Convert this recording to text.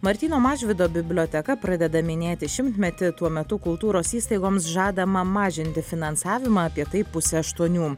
martyno mažvydo biblioteka pradeda minėti šimtmetį tuo metu kultūros įstaigoms žadama mažinti finansavimą apie tai pusę aštuonių